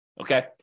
okay